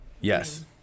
yes